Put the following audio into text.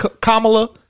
Kamala